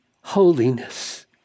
holiness